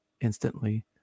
instantly